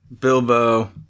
Bilbo